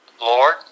Lord